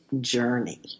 journey